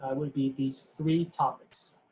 that would be these three topics,